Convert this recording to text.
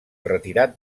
retirat